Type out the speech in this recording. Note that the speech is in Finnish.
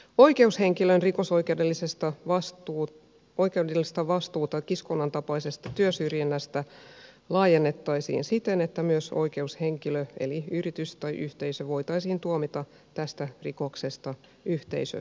oikeushenkilön rikosoikeudellista vastuuta kiskonnantapaisesta työsyrjinnästä laajennettaisiin siten että myös oikeushenkilö eli yritys tai yhteisö voitaisiin tuomita tästä rikoksesta yhteisösakkoon